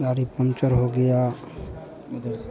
गाड़ी पंचर हो गया जैसे